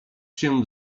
się